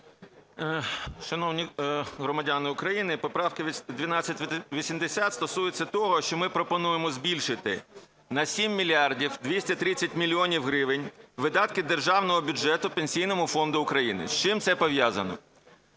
Шановні громадяни України, поправка 1280 стосується того, що ми пропонуємо збільшити на 7 мільярдів 230 мільйонів гривень видатки державного бюджету Пенсійному фонду України. З чим це пов'язано?